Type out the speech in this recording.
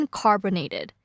carbonated